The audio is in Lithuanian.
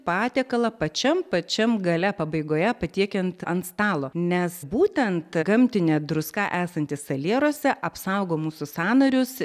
patiekalą pačiam pačiam gale pabaigoje patiekiant ant stalo nes būtent gamtinė druska esanti salieruose apsaugo mūsų sąnarius